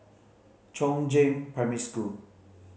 Chongzheng Primary School